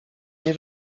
nie